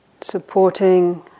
Supporting